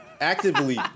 Actively